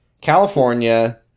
california